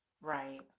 right